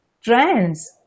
trends